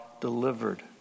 delivered